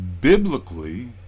Biblically